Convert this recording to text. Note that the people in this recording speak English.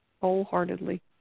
wholeheartedly